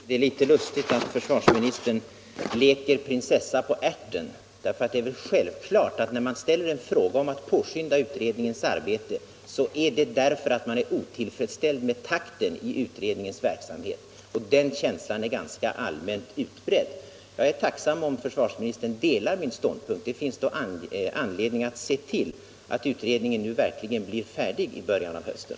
Herr talman! Jag tycker att försvarsministern leker prinsessa på ärten. Det är väl självklart att när man ställer en fråga om att påskynda utredningens arbete, så är det därför att man är otillfredsställd med takten i utredningens verksamhet — och den känslan är ganska allmänt utbredd. Jag är tacksam om försvarsministern delar min ståndpunkt. Han har då anledning att se till att utredningen nu verkligen blir färdig i början av hösten.